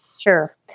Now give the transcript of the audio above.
Sure